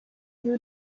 you